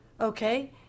Okay